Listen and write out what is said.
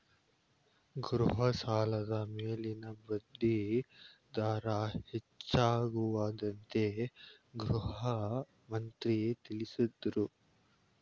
ಗೃಹ ಸಾಲದ ಮೇಲಿನ ಬಡ್ಡಿ ದರ ಹೆಚ್ಚಾಗುವುದೆಂದು ಗೃಹಮಂತ್ರಿ ತಿಳಸದ್ರು